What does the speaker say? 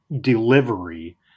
delivery